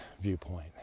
viewpoint